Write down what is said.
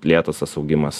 lėtas tas augimas